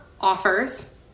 offers